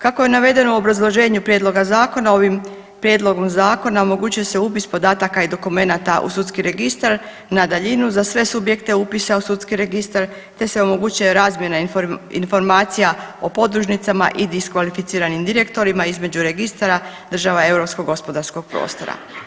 Kako je navedeno u obrazloženju prijedloga zakona ovim prijedlogom zakona omogućuje se upis podataka i dokumenata u sudski registar na daljinu za sve subjekte upisa u sudski registar te se omogućuje razmjena informacija o podružnicama i diskvalificiranim direktorima između registara država europskog gospodarskog prostora.